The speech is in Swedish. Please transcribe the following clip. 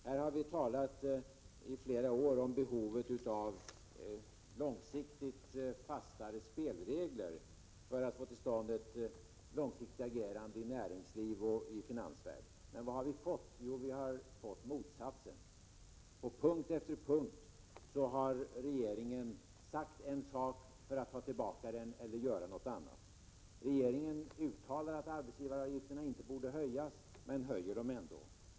Här har vi i flera år talat om behovet av fastare spelregler för att få till stånd ett långsiktigt agerande i näringsliv och finansvärld. Men vad har vi fått? Jo, vi har fått motsatsen. På punkt efter punkt har regeringen sagt en sak för att sedan ta tillbaka uttalandet eller göra något som varit helt annorlunda. Regeringen uttalar att arbetsgivaravgifterna inte borde höjas men höjer dem ändå.